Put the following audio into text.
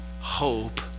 hope